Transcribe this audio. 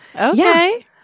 Okay